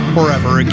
Forever